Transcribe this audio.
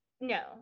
no